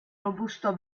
robusto